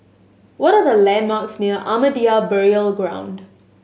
what are the landmarks near Ahmadiyya Burial Ground